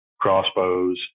crossbows